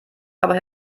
aber